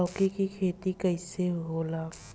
लौकी के खेती कइसे होला?